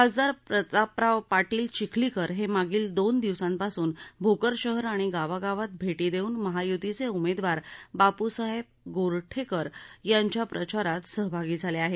खासदार प्रतापराव पाटील चिखलीकर हे मागील दोन दिवसापासून भोकर शहर आणि गावागावात भेटी देऊन महायुतीचे उमेदवार बापुसाहेब गोरठेकर यांच्या प्रचारात सहभागी झाले आहेत